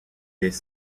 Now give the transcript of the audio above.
des